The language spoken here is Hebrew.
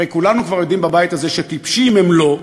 הרי כולנו בבית הזה כבר יודעים שטיפשים הם לא,